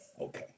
Okay